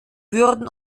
würden